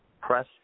Press